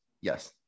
Yes